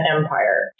Empire